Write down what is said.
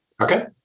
Okay